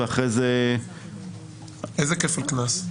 איזה כפל קנס?